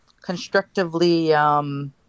constructively